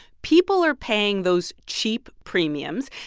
people are paying those cheap premiums.